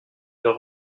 leurs